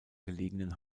gelegenen